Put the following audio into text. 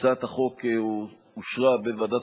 הצעת החוק אושרה בוועדת